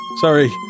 Sorry